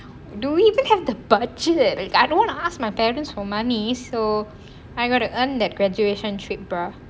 do we even have the budget I don't want to ask my parents for money so I got to earn that graduation trip bruh